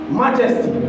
majesty